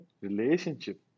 relationship